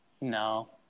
No